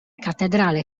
cattedrale